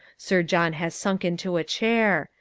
sir john has sunk into a chair.